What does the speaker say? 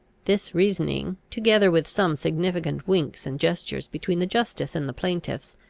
this reasoning, together with some significant winks and gestures between the justice and the plaintiffs,